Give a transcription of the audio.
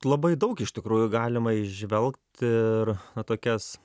labai daug iš tikrųjų galima įžvelgt ir tokias